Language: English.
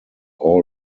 all